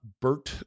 bert